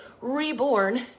reborn